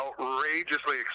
outrageously